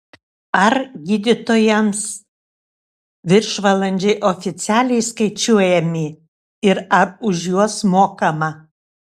ar gydytojams viršvalandžiai oficialiai skaičiuojami ir ar už juos mokama